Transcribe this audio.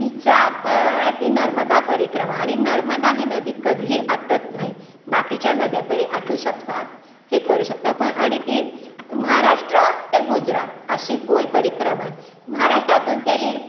तिचा पळ ती नर्मदा परिक्रमा आणि नर्मदा ही नदी कधीही आटत नाही बाकीच्या नद्या तरी आटू शकतात हे करू शकतात पण आणि ती महाराष्ट्र ते गुजरात अशी गोल परिक्रमा आहे महाराष्ट्रातून केली